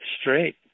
straight